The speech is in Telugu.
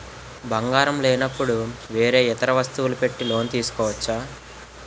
బంగారం లేనపుడు వేరే ఇతర వస్తువులు పెట్టి లోన్ తీసుకోవచ్చా?